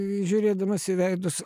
žiūrėdamas į veidus